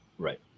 Right